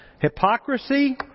Hypocrisy